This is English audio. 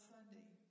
Sunday